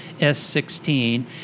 S16